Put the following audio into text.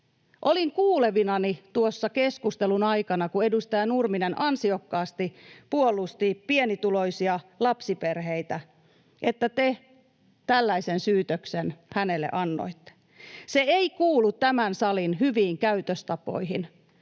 Olin kuulevinani tuossa keskustelun aikana, kun edustaja Nurminen ansiokkaasti puolusti pienituloisia lapsiperheitä, että te tällaisen syytöksen hänelle annoitte. Se ei kuulu tämän salin hyviin käytöstapoihin,